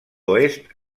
oest